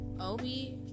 obi